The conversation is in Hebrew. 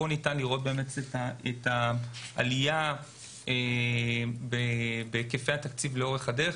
אפשר לראות את העלייה בהיקפי התקציב לאורך הדרך.